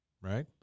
right